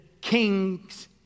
king's